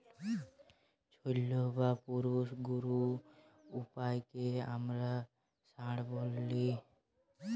ছেইল্যা বা পুরুষ গরু উয়াকে আমরা ষাঁড় ব্যলি